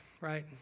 right